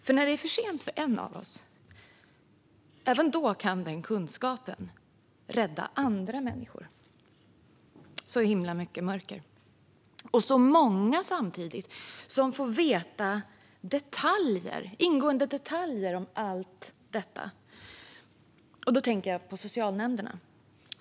Även om det är för sent för en av oss kan kunskapen rädda andra. Det finns så himla mycket mörker, och samtidigt så många som får veta ingående detaljer om allt detta. Jag tänker på socialnämnderna.